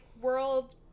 world